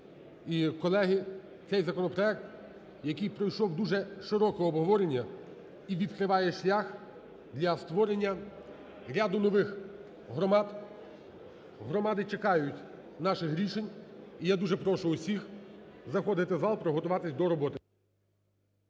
І, колеги, це законопроект, який пройшов дуже широке обговорення і відкриває шлях для створення ряду нових громад. Громади чекають наших рішень. І я дуже прошу усіх заходити в зал, приготуватися до роботи.